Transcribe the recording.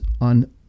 on